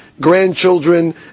grandchildren